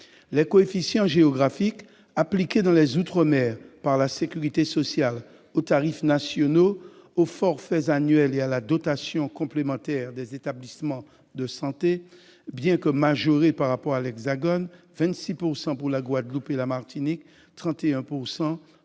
Les coefficients géographiques appliqués dans les outre-mer par la sécurité sociale aux tarifs nationaux, aux forfaits annuels et à la dotation complémentaire des établissements de santé, bien que majorés par rapport à l'Hexagone- 26 % pour la Guadeloupe et la Martinique ; 31